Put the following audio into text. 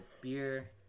beer